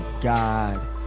God